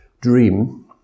dream